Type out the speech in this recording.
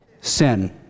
Sin